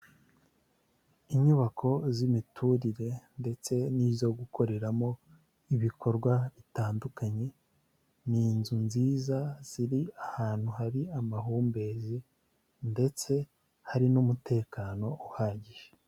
Inyubako z'imiturire ndetse n'izo gukoreramo ibikorwa bitandukanye, ni inzu nziza ziri ahantu hari amahumbezi ndetse hari n'umutekano uhagije.